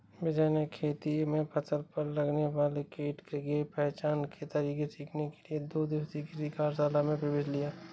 विजय ने खेती में फसल पर लगने वाले कीट के पहचान के तरीके सीखने के लिए दो दिवसीय कृषि कार्यशाला में प्रवेश लिया